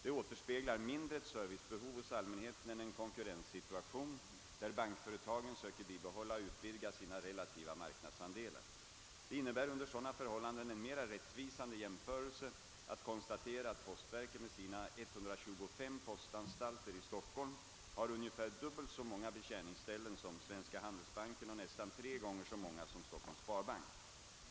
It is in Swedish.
Det återspeglar mindre ett servicebehov hos allmänheten än en konkurrenssituation, där bankföretagen söker bibehålla och utvidga sina relativa marknadsandelar. Det innebär under sådana förhållanden en mera rättvisande jämförelse att konstatera, att postverket med sina 125 postanstalter i Stockholm har ungefär dubbelt så många betjäningsställen som Svenska handelsbanken och nästan tre gånger så många som Stockholms sparbank.